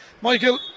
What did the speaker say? Michael